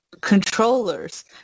controllers